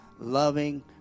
loving